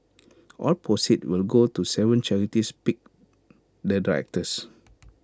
all proceeds will go to Seven charities picked the directors